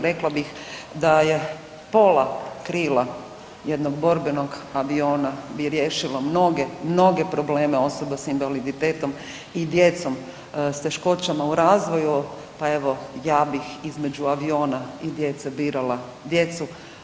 Rekla bih da je pola krila jednog borbenog aviona bi riješilo mnoge, mnoge probleme osoba sa invaliditetom i djecom s teškoćama u razvoju pa evo, ja bih između aviona i djece birala djecu.